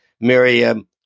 Miriam